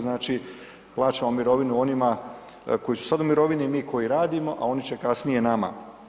Znači, plaćamo mirovinu onima koji su sad u mirovini mi koji radimo, a oni će kasnije nama.